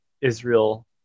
Israel